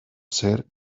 ser